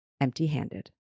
empty-handed